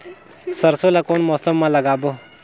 सरसो ला कोन मौसम मा लागबो?